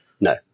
no